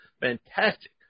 Fantastic